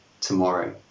tomorrow